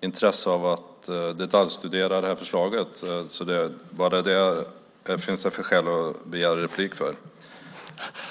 intresse av att detaljstudera det här förslaget, så bara det är skäl att begära replik.